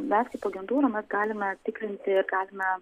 mes kaip agentūra mes galime tikrinti galime